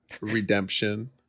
redemption